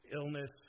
illness